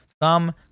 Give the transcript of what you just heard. thumb